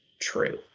true